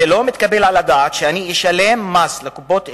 לא מתקבל על הדעת שאני אשלם מס לקופות האלה,